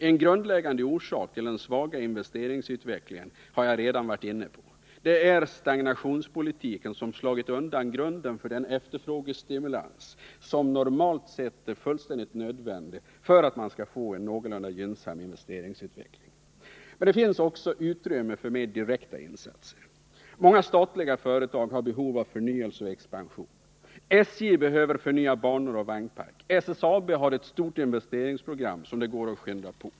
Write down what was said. En grundläggande orsak till den svaga investeringsutvecklingen har jag redan varit inne på, och det är stagnationspolitiken, som slagit undan grunden för den efterfrågestimulans som normalt sett är fullständigt nödvändig för att man skall få en någorlunda gynnsam investeringsutveckling. Det finns också utrymme för mer direkta insatser. Många statliga företag har behov av förnyelse och expansion: SJ behöver förnya banor och vagnpark. SSAB har ett stort investeringsprogram som det går att skynda på.